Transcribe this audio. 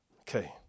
Okay